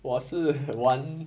我是玩